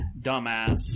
dumbass